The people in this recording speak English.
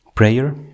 Prayer